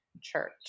church